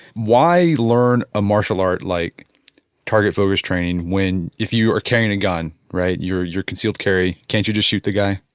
why learn a martial art like target focus training when if you are carrying a gun right, you're you're concealed carry, can't you just shoot the guy?